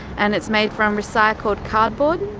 and it's made from recycled cardboard.